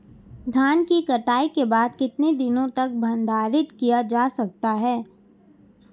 धान की कटाई के बाद कितने दिनों तक भंडारित किया जा सकता है?